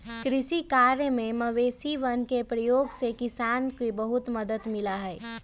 कृषि कार्य में मशीनवन के प्रयोग से किसान के बहुत मदद मिला हई